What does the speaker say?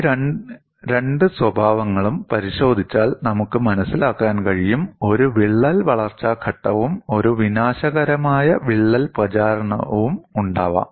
ഈ രണ്ട് സ്വഭാവങ്ങളും പരിശോധിച്ചാൽ നമുക്ക് മനസിലാക്കാൻ കഴിയും ഒരു വിള്ളൽ വളർച്ചാ ഘട്ടവും ഒരു വിനാശകരമായ വിള്ളൽ പ്രചാരണവും ഉണ്ടാകാം